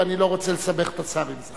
ואני לא רוצה לסבך את השר עם זה.